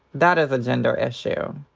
that is a gender issue.